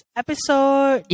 episode